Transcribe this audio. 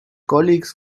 colleagues